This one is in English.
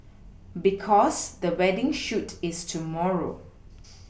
because the wedding shoot is tomorrow